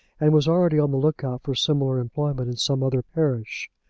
and was already on the look-out for similar employment in some other parish.